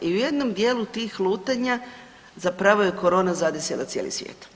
I u jednom dijelu tih lutanja zapravo je korona zadesila cijeli svijet.